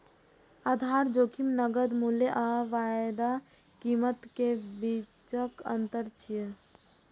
आधार जोखिम नकद मूल्य आ वायदा कीमत केर बीचक अंतर छियै